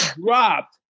dropped